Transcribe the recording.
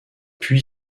puy